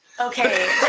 Okay